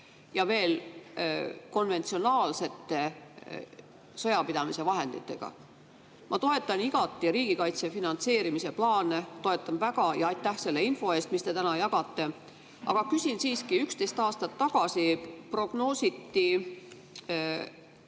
ja veel konventsionaalsete sõjapidamise vahenditega. Ma toetan igati riigikaitse finantseerimise plaane. Toetan väga! Ja aitäh selle info eest, mis te täna jagate! aga küsin siiski. Üksteist aastat tagasi prognoositi